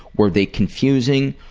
were they confusing?